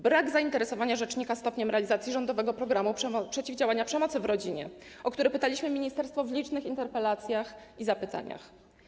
Brak zainteresowania rzecznika stopniem realizacji rządowego programu przeciwdziałania przemocy w rodzinie, o który pytaliśmy ministerstwo w licznych interpelacjach i zapytaniach.